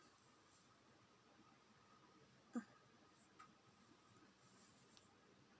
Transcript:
mm